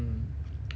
mm